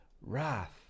wrath